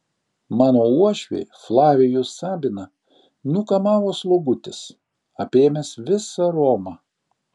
mano uošvį flavijų sabiną nukamavo slogutis apėmęs visą romą